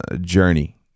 journey